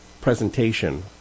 presentation